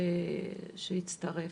שיצטרף.